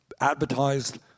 advertised